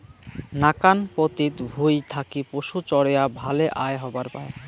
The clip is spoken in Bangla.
নাকান পতিত ভুঁই থাকি পশুচরেয়া ভালে আয় হবার পায়